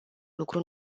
lucru